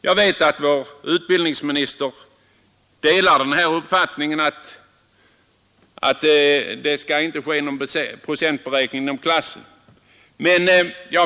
Jag vet att utbildningsministern delar uppfattningen att det inte skall göras någon procentberäkning inom klassen.